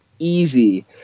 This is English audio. easy